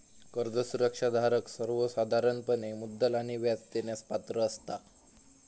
कर्ज सुरक्षा धारक सर्वोसाधारणपणे मुद्दल आणि व्याज देण्यास पात्र असता